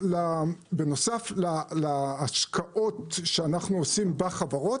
בנוסף להשקעות שאנחנו עושים בחברות,